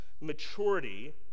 maturity